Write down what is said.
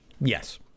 Yes